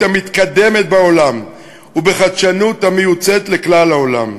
המתקדמת בעולם ובחדשנות המיוצאת לכלל העולם,